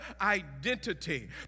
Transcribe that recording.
identity